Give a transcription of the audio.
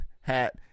hat